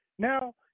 Now